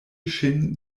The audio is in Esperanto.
ŝin